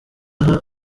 aha